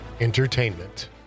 Entertainment